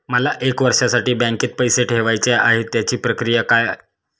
मला एक वर्षासाठी बँकेत पैसे ठेवायचे आहेत त्याची प्रक्रिया काय?